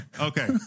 Okay